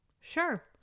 Sure